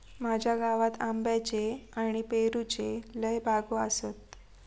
माझ्या गावात आंब्याच्ये आणि पेरूच्ये लय बागो आसत